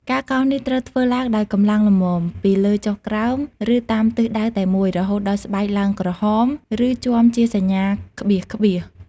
ការកោសនេះត្រូវធ្វើឡើងដោយ កម្លាំងល្មម ពីលើចុះក្រោម ឬតាមទិសដៅតែមួយ រហូតដល់ស្បែកឡើងក្រហម ឬជាំជាសញ្ញាក្បៀសៗ។